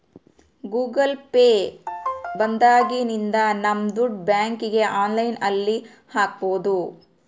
Google Pay ಬಂದಾಗಿನಿಂದ ನಮ್ ದುಡ್ಡು ಬ್ಯಾಂಕ್ಗೆ ಆನ್ಲೈನ್ ಅಲ್ಲಿ ಹಾಕ್ಬೋದು